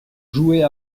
jouait